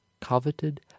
coveted